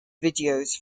videos